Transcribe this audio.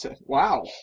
Wow